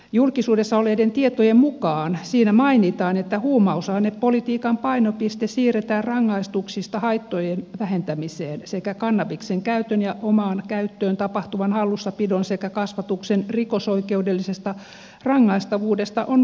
julkisuudessa olleiden tietojen mukaan siinä mainitaan että huumausainepolitiikan painopiste siirretään rangaistuksista haittojen vähentämiseen ja että kannabiksen käytön ja omaan käyttöön tapahtuvan hallussapidon sekä kasvatuksen rikosoikeudellisesta rangaistavuudesta on luovuttava